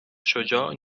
شجاع